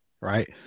right